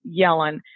Yellen